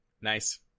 Nice